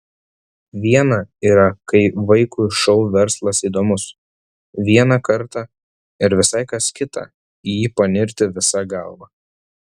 viena yra kai vaikui šou verslas įdomus vieną kartą ir visai kas kita į jį panirti visa galva